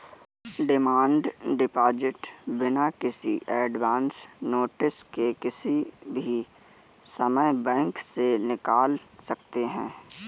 demand deposit बिना किसी advance notice के किसी भी समय बैंक से निकाल सकते है